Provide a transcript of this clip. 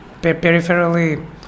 peripherally